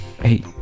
Hey